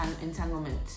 entanglement